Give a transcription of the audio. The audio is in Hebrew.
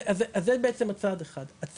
שמאל,